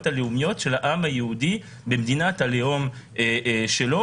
הלאומיות של העם היהודי במדינת הלאום שלו,